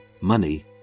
money